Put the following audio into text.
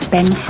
Ben